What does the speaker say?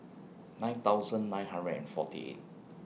nine thousand nine hundred and forty eight